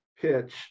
pitch